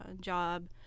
job